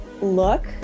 look